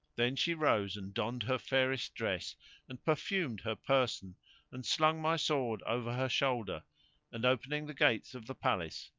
then she rose and donned her fairest dress and perfumed her person and slung my sword over her shoulder and, opening the gates of the palace,